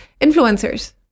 influencers